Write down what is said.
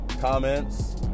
comments